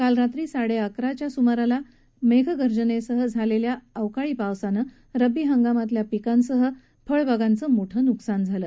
काल रात्री साडेअकराच्या सुमाराला जिल्ह्यात मेघगर्जनेसह झालेल्या अवकाळी पावसाने रबी हंगामातील पिकांसह फळबागांचं मोठं नुकसान झालं